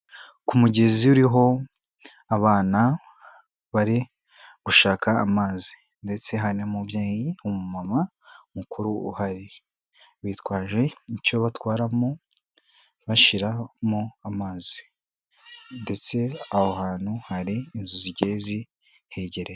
Ku mugezi uriho abana bari gushaka amazi ndetse hari umubyeyi umumama mukuru bitwaje icyo batwaramo bashiramo amazi ndetse aho hantu hari inzu zigiye zi hegereye.